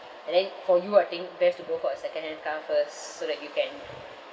and then for you I think best to go for a second hand car first so that you can